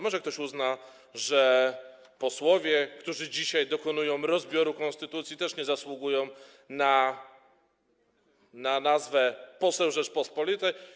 Może ktoś uzna, że posłowie, którzy dzisiaj dokonują rozbioru konstytucji, też nie zasługują na nazwę „poseł Rzeczypospolitej”